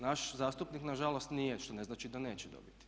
Naš zastupnik na žalost nije što ne znači da neće dobiti.